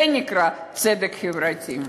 זה נקרא צדק חברתי.